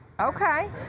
Okay